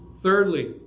Thirdly